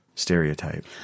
stereotype